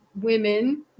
women